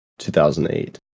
2008